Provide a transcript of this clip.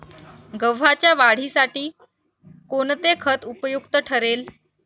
गव्हाच्या वाढीसाठी कोणते खत उपयुक्त ठरेल?